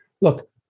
Look